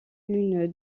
une